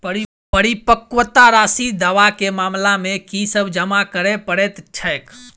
परिपक्वता राशि दावा केँ मामला मे की सब जमा करै पड़तै छैक?